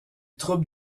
troupes